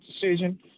decision